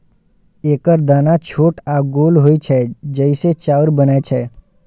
एकर दाना छोट आ गोल होइ छै, जइसे चाउर बनै छै